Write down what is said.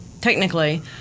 technically